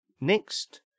Next